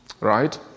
Right